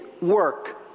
work